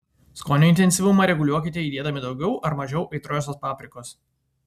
skonio intensyvumą reguliuokite įdėdami daugiau ar mažiau aitriosios paprikos